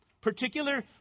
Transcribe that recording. Particular